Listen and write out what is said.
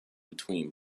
between